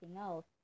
else